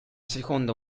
seconda